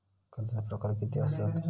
कर्जाचे प्रकार कीती असतत?